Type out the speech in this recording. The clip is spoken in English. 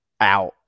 out